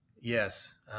Yes